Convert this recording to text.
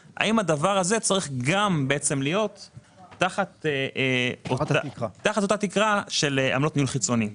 צריך להיות תחת אותה תקרה של עמלות ניהול חיצוני.